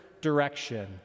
direction